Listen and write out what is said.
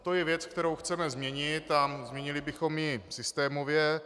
To je věc, kterou chceme změnit, a změnili bychom ji systémově.